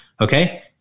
Okay